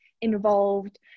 involved